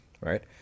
right